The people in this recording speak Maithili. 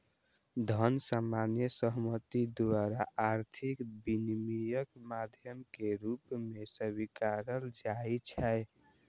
धन सामान्य सहमति द्वारा आर्थिक विनिमयक माध्यम के रूप मे स्वीकारल जाइ छै